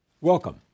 Welcome